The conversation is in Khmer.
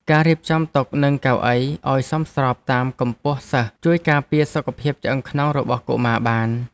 ការរៀបចំតុនិងកៅអីឱ្យសមស្របតាមកម្ពស់សិស្សជួយការពារសុខភាពឆ្អឹងខ្នងរបស់កុមារបាន។